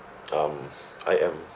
um I am